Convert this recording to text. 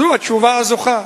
זו התשובה הזוכה.